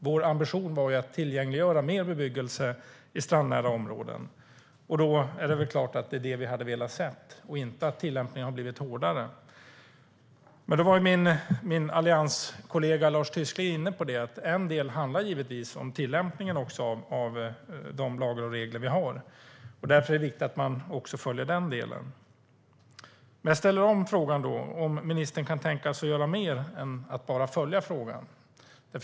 Vår ambition var ju att tillgängliggöra mer bebyggelse i strandnära områden, och då är det klart att det är det vi hade velat se och inte en hårdare tillämpning. Min allianskollega Lars Tysklind var inne på att en del givetvis också handlar om tillämpningen av de lagar och regler vi har, och därför är det viktigt att man även följer den delen. Jag ställer frågan en gång till: Kan ministern tänka sig att göra mer än att bara följa frågan?